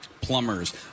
plumbers